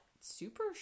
super